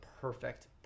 perfect